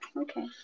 Okay